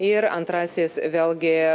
ir antrasis vėlgi